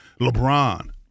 LeBron